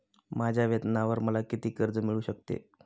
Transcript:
माझ्या वेतनावर मला किती कर्ज मिळू शकते?